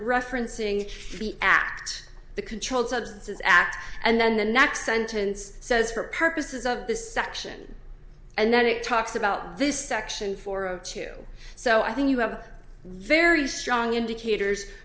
referencing the act the controlled substances act and then the next sentence says for purposes of this section and that it talks about this section for two so i think you have a very strong indicators